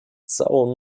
całą